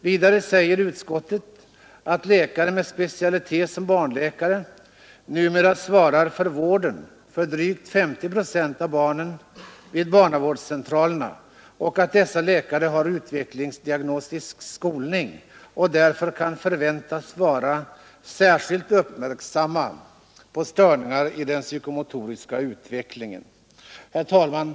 Utskottet tillägger att ”läkare med specialitet som barnläkare numera svarar för vården för drygt 50 7 av barnen vid barnavårdscentralerna och att dessa läkare har utvecklingsdiagnostisk skolning och därför kan förväntas vara särskilt uppmärksamma på störningar i den psykomotoriska utvecklingen”. Herr talman!